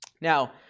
Now